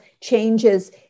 changes